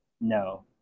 no